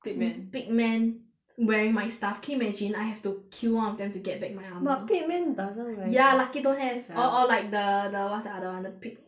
pig man pig man wearing my stuff can you imagine I have to kill one of them to get back my armour but doesn't wear ya lucky don't have or or like the the what's the other the pig